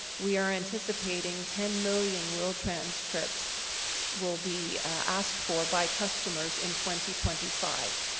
we are anticipating ten million wheel-trans trips will be asked for by customers in twenty twenty five.